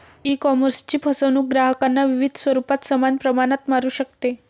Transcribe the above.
ईकॉमर्सची फसवणूक ग्राहकांना विविध स्वरूपात समान प्रमाणात मारू शकते